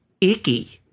icky